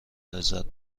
لذت